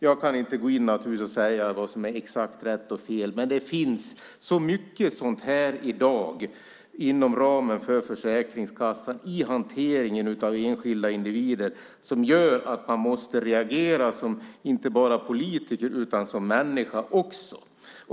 Jag kan naturligtvis inte gå in och säga exakt vad som är rätt och fel, men det finns så mycket sådant här i dag inom Försäkringskassan i hanteringen av enskilda individer, som gör att man måste reagera inte bara som politiker utan också som människa.